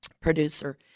producer